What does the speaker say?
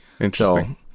Interesting